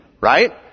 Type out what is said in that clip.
right